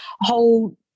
whole